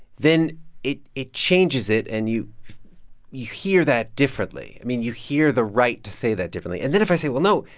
then it it changes it. and you you hear that differently. i mean, you hear the right to say that differently. and then if i say, well, no.